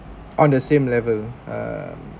on the same level uh